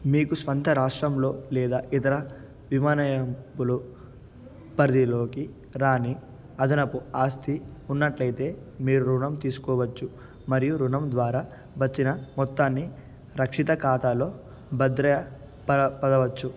మీకు స్వంత రాష్ట్రంలో లేదా ఇతర మిమానయాంబులో పరిధిలోకి రాని అదనపు ఆస్తి ఉన్నట్లయితే మీరు రుణం తీసుకోవచ్చు మరియు రుణం ద్వారా వచ్చిన మొత్తాన్ని రక్షిత ఖాతాలో భద్రపరచవచ్చు